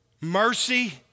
mercy